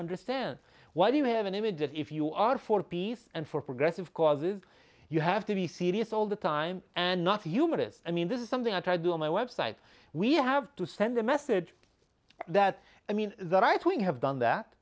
understand why do you have an image that if you are for peace and for progressive causes you have to be serious all the time and not humorous i mean this is something that i do on my website we have to send a message that i mean the right wing have done that